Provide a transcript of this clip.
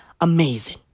amazing